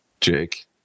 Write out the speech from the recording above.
Jake